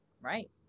Right